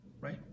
right